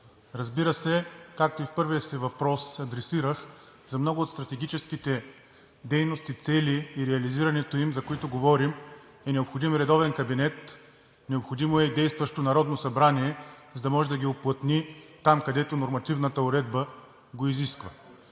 разбира се, както и в първия си въпрос, адресирах много от стратегическите дейности и цели, за които говорим, а за реализирането им е необходим редовен кабинет, необходимо е действащо Народно събрание, за да може да ги уплътни там, където нормативната уредба го изисква.